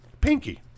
Pinky